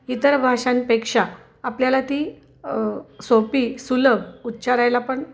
इतर भाषांपेक्षा आपल्याला ती सोपी सुलभ उच्चारायला पण